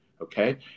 Okay